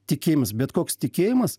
tikėjimas bet koks tikėjimas